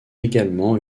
également